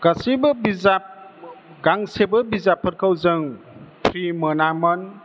गासैबो बिजाब गांसेबो बिजाबफोरखौ जों फ्रि मोनामोन